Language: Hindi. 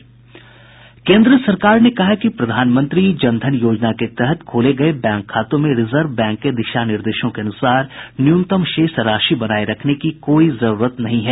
केन्द्र सरकार ने कहा है कि प्रधानमंत्री जन धन योजना के तहत खोले गये बैंक खातों में रिजर्व बैंक के दिशा निर्देशों के अनुसार न्यूनतम शेष राशि बनाये रखने की कोई जरूरत नहीं है